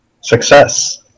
Success